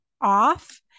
off